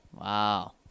Wow